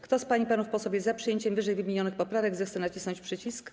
Kto z pań i panów posłów jest za przyjęciem ww. poprawek, zechce nacisnąć przycisk.